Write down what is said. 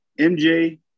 MJ